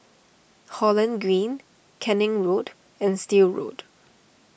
Holland Green Canning Lane and Still Road